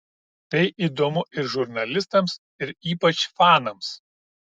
tai įdomu ir žurnalistams ir ypač fanams